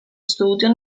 studio